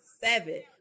Seven